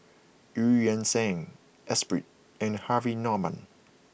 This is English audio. Eu Yan Sang Espirit and Harvey Norman